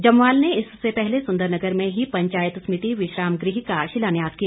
जमवाल ने इससे पहले सुंदरनगर में ही पंचायत समिति विश्राम गृह का शिलान्यास किया